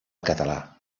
català